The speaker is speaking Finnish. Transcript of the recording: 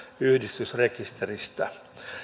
yhdistysrekisteristä